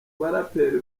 baraperi